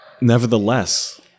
Nevertheless